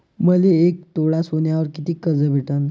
मले एक तोळा सोन्यावर कितीक कर्ज भेटन?